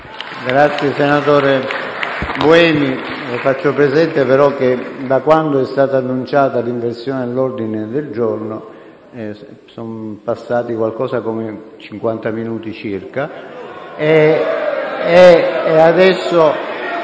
Grazie, senatore Buemi. Le faccio presente, però, che da quando è stata annunciata l'inversione dell'ordine del giorno, sono passati circa cinquanta minuti.